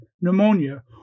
pneumonia